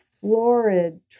florid